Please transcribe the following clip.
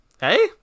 Hey